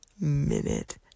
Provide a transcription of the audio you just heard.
minute